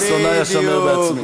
משונאי אשמר בעצמי".